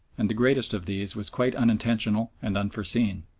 and the greatest of these was quite unintentional and unforeseen.